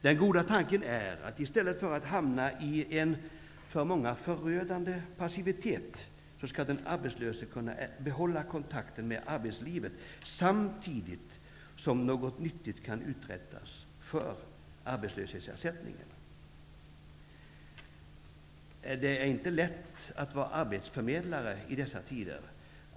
Den goda tanken är att den arbetslöse, i stället för att hamna i en för många förödande passivitet, skall kunna behålla kontakten med arbetslivet samtidigt som något nyttigt kan uträttas för arbetslöshetsersättningen. Det är inte lätt att vara arbetsförmedlare i dessa tider.